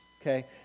okay